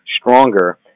stronger